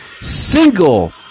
single